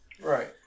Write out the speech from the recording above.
Right